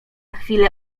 chwilę